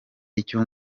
icyo